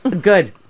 Good